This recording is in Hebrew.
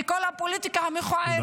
מכל הפוליטיקה המכוערת,